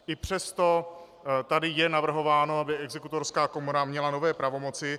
I přesto tady je navrhováno, aby Exekutorská komora měla nové pravomoci.